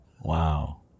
Wow